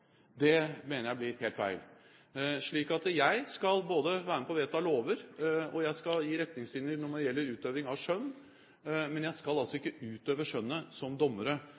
Det mener jeg blir helt feil. Jeg skal både være med på å vedta lover, og jeg skal gi retningslinjer når det gjelder utøving av skjønn, men jeg skal altså ikke utøve skjønnet som dommere